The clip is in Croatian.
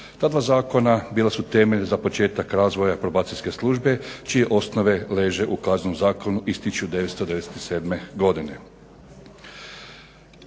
Ta dva zakona bila su temelj za početak razvoja probacijske službe čije osnove leže u KZ-u iz 1997. godine.